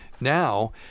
now